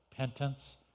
Repentance